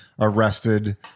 arrested